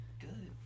good